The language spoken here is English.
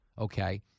okay